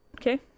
Okay